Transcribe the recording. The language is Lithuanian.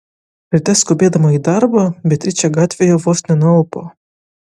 ryte skubėdama į darbą beatričė gatvėje vos nenualpo